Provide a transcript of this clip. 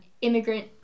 immigrant